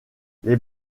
les